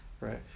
right